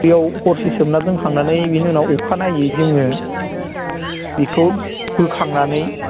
दैआव हरसे सोमना दोनखांनानै बेनि उनाव अखा नायै जोङो बेखौ बोखांनानै